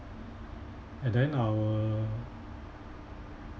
and then I will